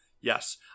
Yes